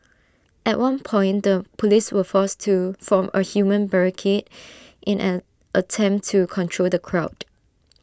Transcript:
at one point the Police were forced to form A human barricade in an attempt to control the crowd